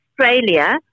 Australia